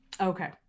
Okay